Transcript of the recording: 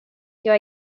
jag